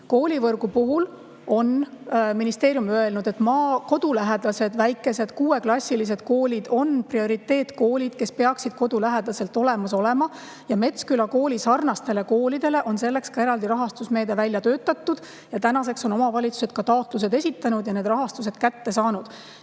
Koolivõrgu puhul on ministeerium öelnud, et kodulähedased väikesed 6-klassilised koolid on prioriteetkoolid, mis peaksid kodu lähedal olemas olema. Metsküla kooli sarnastele koolidele on selleks ka eraldi rahastusmeede välja töötatud ja tänaseks on omavalitsused taotlused esitanud ja selle rahastuse kätte saanud.